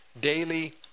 daily